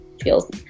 feels